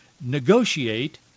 negotiate